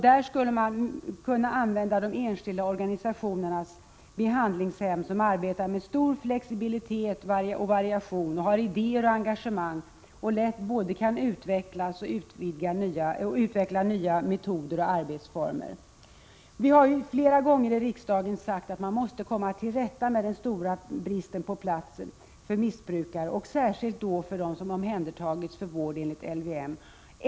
Där skulle man kunna använda de enskilda organisationernas behandlingshem, som arbetar med stor flexibilitet och variation. De har idéer och engagemang och kan lätt Prot. 1986/87:82 utveckla nya metoder och arbetsformer. 9 mars 1987 Vi har flera gånger i riksdagen sagt att man måste komma till rätta med den stora bristen på platser för vård av missbrukare och särskilt bristen på platser 4 Kr be för dem som omhändertagits för vård enligt LVM.